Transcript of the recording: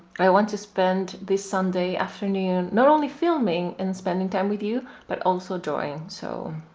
i want to spend this sunday afternoon not only filming and spending time with you but also drawing so,